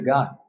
God